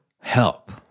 help